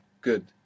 Good